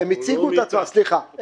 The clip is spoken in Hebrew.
סליחה,